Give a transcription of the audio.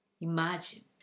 Imagine